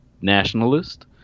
nationalist